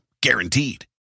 guaranteed